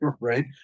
Right